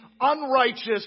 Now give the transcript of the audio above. unrighteous